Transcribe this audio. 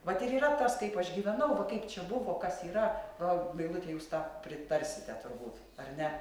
vat ir yra tas kaip aš gyvenau va kaip čia buvo kas yra o meilute jūs tą pritarsite turbūt ar ne